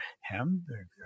hamburger